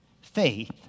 Faith